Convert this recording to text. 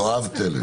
עו"ד פיסמן.